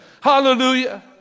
Hallelujah